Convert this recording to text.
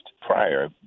prior